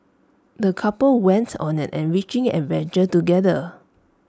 the couple went on an enriching adventure together